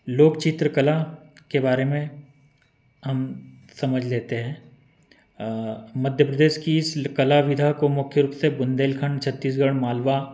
लोक चित्रकला के बारे में हम समझ लेते हैं मध्य प्रदेश की इस कला विधा को मुख्य रूप से बुँदेलखंड छत्तीसगढ़ मालवा